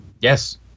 Yes